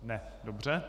Ne, dobře.